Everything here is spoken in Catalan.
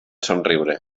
somriure